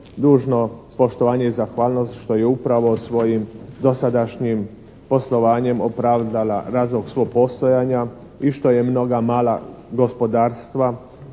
dužno poštovanje i zahvalnost što je upravo svojim dosadašnjim poslovanjem opravdala razlog svog postojanja i što je mnoga mala gospodarstva